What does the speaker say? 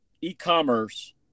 e-commerce